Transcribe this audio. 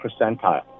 percentile